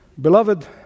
Beloved